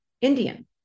Indian